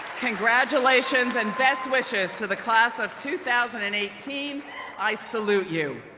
congratulations and best wishes to the class of two thousand and eighteen i salute you.